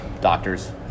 doctors